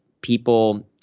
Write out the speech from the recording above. people